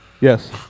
Yes